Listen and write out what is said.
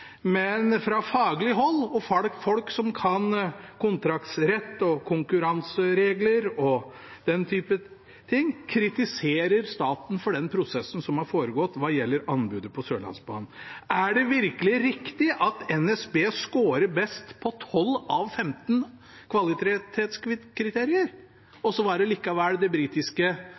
men fra faglig hold og folk som kan kontraktsrett, konkurranseregler og den type ting – kritiserer staten for den prosessen som har foregått hva gjelder anbudet på Sørlandsbanen. Er det virkelig riktig at NSB scorer best på 12 av 15 kvalitetskriterier? Og så var det likevel det britiske